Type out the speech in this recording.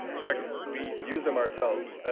in fact, we use them ourselves.